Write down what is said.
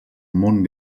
món